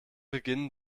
beginnen